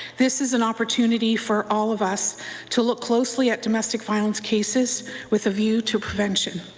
this is an opportunity for all of us to look closely at domestic violence cases with a view to prevention.